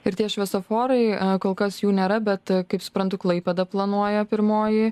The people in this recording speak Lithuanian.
ir tie šviesoforai kol kas jų nėra bet kaip suprantu klaipėda planuoja pirmoji